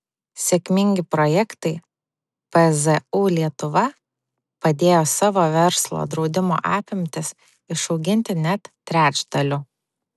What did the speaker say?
sėkmingi projektai pzu lietuva padėjo savo verslo draudimo apimtis išauginti net trečdaliu